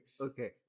okay